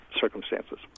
circumstances